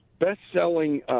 best-selling